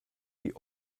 die